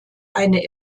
eine